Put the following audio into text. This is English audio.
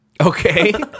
okay